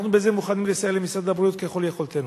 אנחנו מוכנים לסייע בזה למשרד הבריאות ככל יכולתנו.